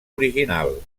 original